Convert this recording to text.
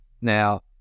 Now